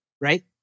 right